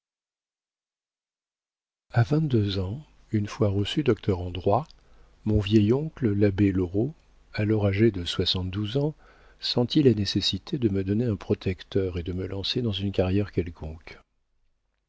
a vingt-deux ans une fois reçu docteur en droit mon vieil oncle l'abbé loraux alors âgé de soixante-douze ans sentit la nécessité de me donner un protecteur et de me lancer dans une carrière quelconque